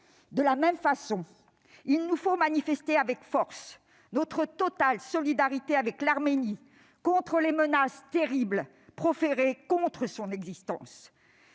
De la même façon, il nous faut manifester avec force notre totale solidarité avec l'Arménie devant les menaces terribles proférées contre son existence.